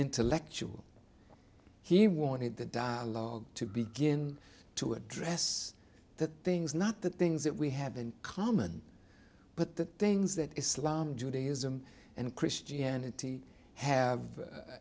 intellectual he wanted the dialogue to begin to address that things not the things that we have in common but the things that islam judaism and christianity have